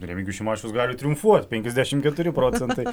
remigijus šimašius gali triumfuot penkiasdešimt keturi procentai